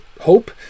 hope